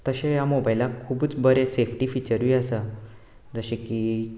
तशें ह्या मोबायलाक खुबूच बरे सेफ्टी फिचरूय आसा जशे की